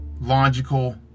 logical